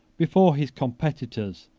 before his competitors,